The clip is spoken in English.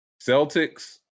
Celtics